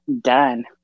done